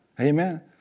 Amen